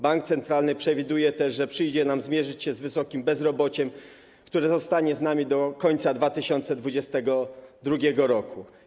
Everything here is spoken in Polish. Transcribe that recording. Bank centralny przewiduje też, że przyjdzie nam zmierzyć się z wysokim bezrobociem, które zostanie z nami do końca 2022 r.